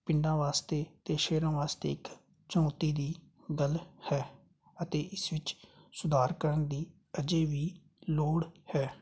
ਪਿੰਡਾਂ ਵਾਸਤੇ ਅਤੇ ਸ਼ਹਿਰਾਂ ਵਾਸਤੇ ਇੱਕ ਚੁਣੌਤੀ ਦੀ ਗੱਲ ਹੈ ਅਤੇ ਇਸ ਵਿੱਚ ਸੁਧਾਰ ਕਰਨ ਦੀ ਅਜੇ ਵੀ ਲੋੜ ਹੈ